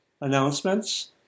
announcements